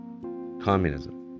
communism